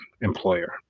employer